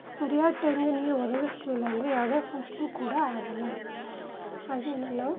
ಸರಿಯಾದ ಟೈಮ್ಗೆ ನೀರು ಒದಗಿಸ್ಲಿಲ್ಲ ಅಂದರೆ ಯಾವುದೇ ಫಸಲು ಕೂಡ ಆಗಲ್ಲ ಹಾಗೆಯೇ ನಾವು